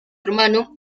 hermano